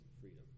freedom